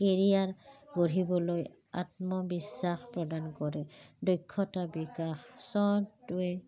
career গঢ়িবলৈ আত্মবিশ্বাস প্ৰদান কৰে দক্ষতা বিকাশ